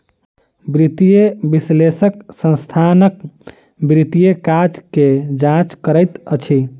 वित्तीय विश्लेषक संस्थानक वित्तीय काज के जांच करैत अछि